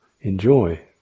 Enjoy